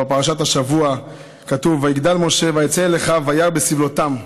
בפרשת השבוע כתוב: "ויגדל משה ויצא אל אחָיו וירא בסבלֹתם".